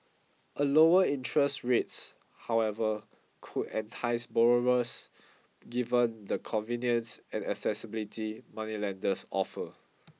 the lower interest rates however could entice borrowers given the convenience and accessibility moneylenders offer